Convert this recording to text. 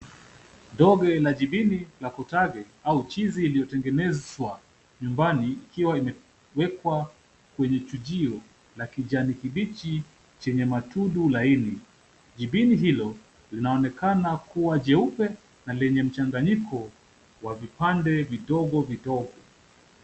Donge la jibini na kutande au chizi iliyotengenezwa nyumbani ikiwa imewekwa kwenye chujio la kijani kibichi chenye matundu laini. Jibini hilo linaonekana kuwa jeupe na lenye mchanganyiko wa vipande vigogo vidogo.